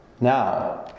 Now